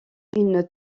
une